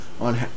on